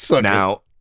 Now